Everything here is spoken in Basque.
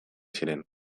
ziren